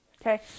Okay